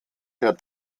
der